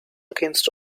against